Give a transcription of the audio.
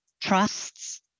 trusts